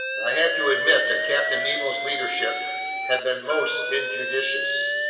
i had to admit that captain nemo's leadership had been most injudicious.